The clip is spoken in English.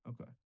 Okay